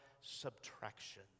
subtraction